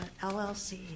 LLC